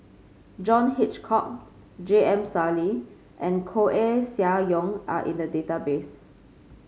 John Hitchcock J M Sali and Koeh Sia Yong are in the database